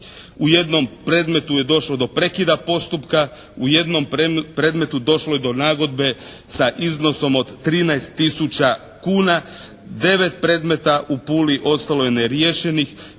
U jednom predmetu je došlo do prekida postupka, u jednom predmetu došlo je do nagodbe sa iznosom od 13 tisuća kuna. 9 predmeta u Puli ostalo je neriješenih